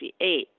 1968